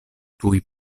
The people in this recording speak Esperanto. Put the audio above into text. tuj